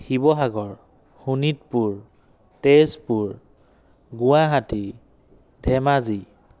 Sivasagar Sonitpur Tezpur Guwahati Dhemaji